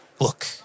Look